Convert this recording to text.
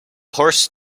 horse